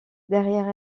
derrière